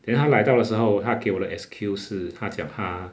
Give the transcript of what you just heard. then 他来到的时候他给我的 excuse 是他讲他